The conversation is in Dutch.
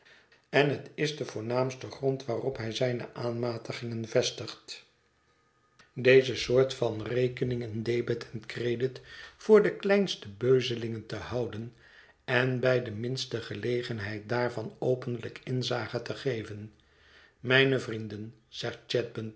en het is de voornaamste grond waarop hij zijne aanmatigingen vestigt deze het verlaten huis soort van rekening in debet en credit voor de kleinste beuzelingen te houden en bij de minste gelegenheid daarvan openlijk inzage te geven mijne vrienden zegt